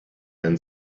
and